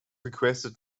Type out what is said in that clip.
requested